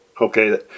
okay